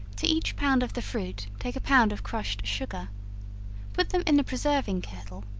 to each pound of the fruit take a pound of crushed sugar put them in the preserving kettle,